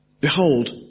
behold